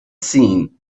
seen